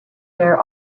their